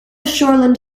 shoreland